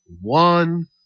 one